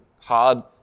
hard